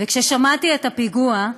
וכששמעתי על הפיגוע,